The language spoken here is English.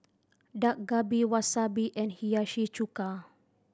Dak Galbi Wasabi and Hiyashi Chuka